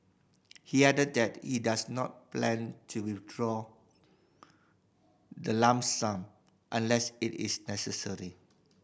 he added that he does not plan to withdraw the lump sum unless it is necessary